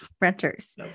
renters